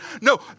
No